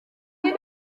est